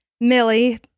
Millie